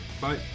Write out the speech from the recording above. bye